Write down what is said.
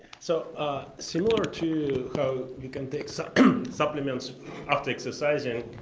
so similar to how you can take so supplements after exercising,